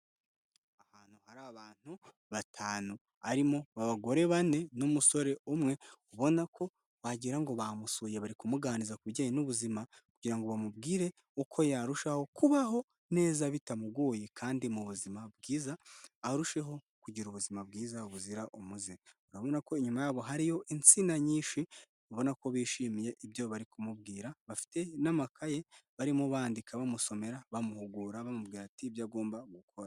Ahantu hari abantu batanu, harimo abagore bane n'umusore umwe. Ubona ko wagira ngo bamusuye bari kumuganiriza ku bijyanye n'ubuzima, kugira ngo bamubwire uko yarushaho kubaho neza bitamugoye kandi mu buzima bwiza, arusheho kugira ubuzima bwiza buzira umuze. Ubona ko inyuma ye hariyo insina nyinshi babona ko bishimiye ibyo bari kumubwira, bafite n'amakaye barimo bandika, bamusomera, bamuhugura, bamubwira at ibyo agomba gukora.